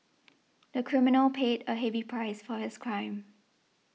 the criminal paid a heavy price for his crime